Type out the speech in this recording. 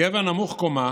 גבר נמוך קומה